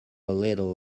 little